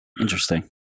Interesting